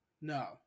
No